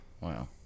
wow